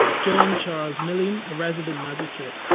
john charles milling, a resident magistrate.